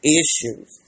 issues